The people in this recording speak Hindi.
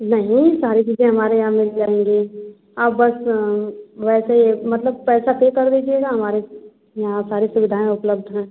नहीं सारी चीज़ें हमारे यहाँ मिल जाएँगी आप बस वैसे ही मतलब पैसा पे कर दीजिएगा हमारे यहाँ सारी सुविधाएँ उपलब्ध हैं